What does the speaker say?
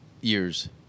years